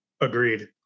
Agreed